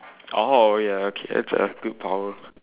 oh ya okay that's a good power